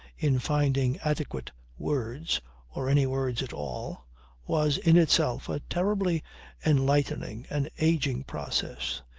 in finding adequate words or any words at all was in itself a terribly enlightening, an ageing process.